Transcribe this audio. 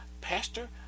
Pastor